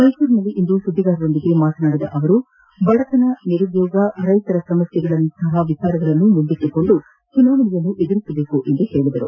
ಮೈಸೂರಿನಲ್ಲಿಂದು ಸುದ್ವಿಗಾರೊಂದಿಗೆ ಮಾತನಾಡಿದ ಅವರು ಬಡತನ ನಿರುದ್ಮೋಗ ರೈತರ ಸಮಸ್ಕೆ ವಿಚಾರಗಳನ್ನು ಮುಂದಿಟ್ಟುಕೊಂಡು ಚುನಾವಣೆ ಎದುರಿಸಬೇಕು ಎಂದು ಹೇಳಿದರು